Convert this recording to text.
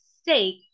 steak